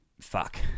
Fuck